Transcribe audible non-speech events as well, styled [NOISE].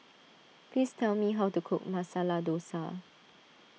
[NOISE] please tell me how to cook Masala Dosa